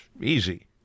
easy